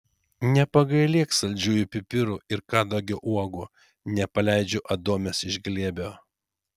nepagailėk saldžiųjų pipirų ir kadagio uogų nepaleidžiu adomės iš glėbio